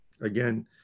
again